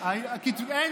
כתבי אישום.